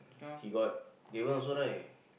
he got that one also right